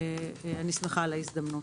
ואני שמחה על ההזדמנות.